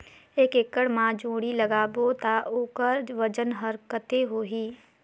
एक एकड़ मा जोणी ला लगाबो ता ओकर वजन हर कते होही?